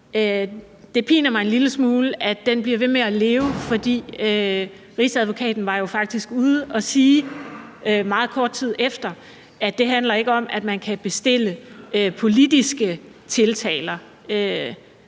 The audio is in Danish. Det piner mig en lille smule, at den bliver ved med at leve, for Rigsadvokaten var jo faktisk meget kort tid efter ude at sige, at det ikke handler om, at man politisk kan bestille tiltaler